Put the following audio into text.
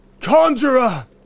conjurer